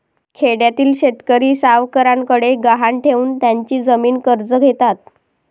खेड्यातील शेतकरी सावकारांकडे गहाण ठेवून त्यांची जमीन कर्ज घेतात